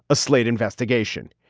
a slate investigation.